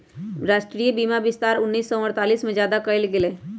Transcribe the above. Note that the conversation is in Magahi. राष्ट्रीय बीमा विस्तार उन्नीस सौ अडतालीस में ज्यादा कइल गई लय